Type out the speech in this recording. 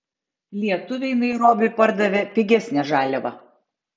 lietuviai nairobiui pardavė pigesnę žaliavą